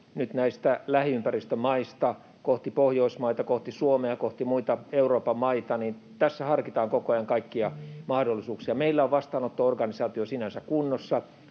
näistä lähiympäristön maista kohti Pohjoismaita, kohti Suomea, kohti muita Euroopan maita, harkitaan koko ajan kaikkia mahdollisuuksia. Meillä on vastaanotto-organisaatio sinänsä kunnossa.